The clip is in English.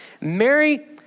Mary